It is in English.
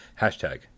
hashtag